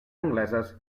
angleses